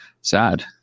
sad